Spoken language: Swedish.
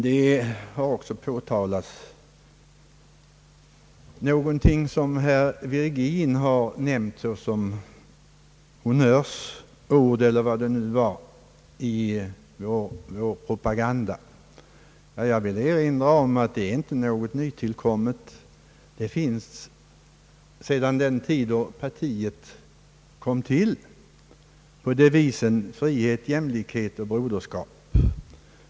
Det har också, herr talman, från herr Virgins sida nämnts någonting om honnörsord eller vad det nu var i vår propaganda. Jag vill erinra om att det inte är något nytillkommet. Det fanns redan på den tid då partiet kom till på devisen »frihet, jämlikhet och broderskap».